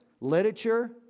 literature